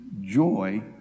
joy